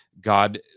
God